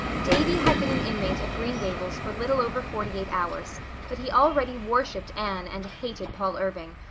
davy had been an inmate of green gables for little over forty-eight hours but he already worshipped anne and hated paul irving,